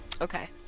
Okay